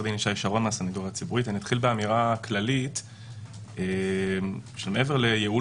אני אתחיל באמירה כללית של מעבר לייעול